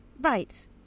Right